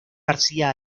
garcía